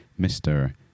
Mr